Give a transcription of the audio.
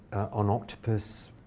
on octopus,